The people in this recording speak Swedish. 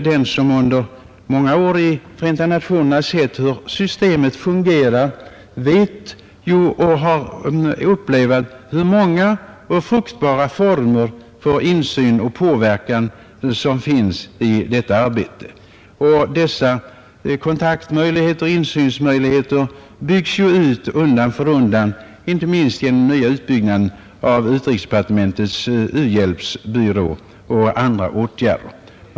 Den som under många år i Förenta nationerna sett hur systemet fungerar vet och har upplevt hur många och fruktbara former för insyn och påverkan som finns i biståndsarbetet. Dessa kontaktmöjligheter och insynsmöjligheter förbättras undan för undan, inte minst genom den nya utbyggnaden av utrikesdepartementets U-hjälpsbyrå och andra åtgärder.